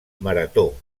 marató